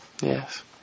Yes